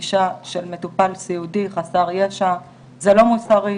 נטישה של מטופל סיעודי חסר ישע זה לא מוסרי,